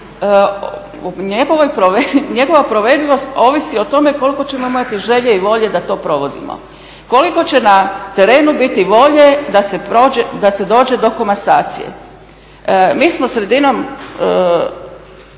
njegova provedivost ovisi o tome koliko ćemo imati želje i volje da to provodimo, koliko će na terenu biti volje da se dođe do komasacije. Mi smo sredinom